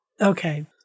Okay